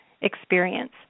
Experience